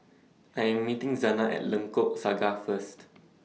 I Am meeting Zana At Lengkok Saga First